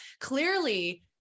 clearly-